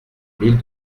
mille